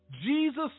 Jesus